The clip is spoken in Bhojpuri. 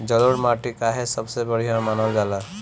जलोड़ माटी काहे सबसे बढ़िया मानल जाला?